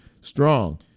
strong